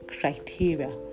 criteria